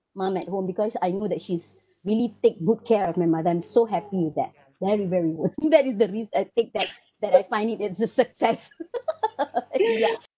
mom at home because I know that she's really take good care of my mother I'm so happy with that very very worth and that is the risk I take that that I find it it's a success ya